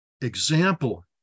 example